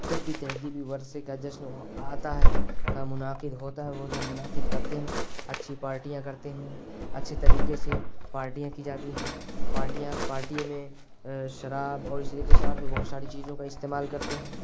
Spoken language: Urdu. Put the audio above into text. جب بھی تہذیبی ورثے کا جشن ہو آتا ہے کا منعقد ہوتا ہے وہ لوگ منعقد کرتے ہیں اچھی پارٹیاں کرتے ہیں اچھے طریقے سے پارٹیاں کی جاتی ہیں پارٹیاں پارٹی میں شراب اور اسی طریقے اور بھی بہت ساری چیزوں کا استعمال کرتے ہیں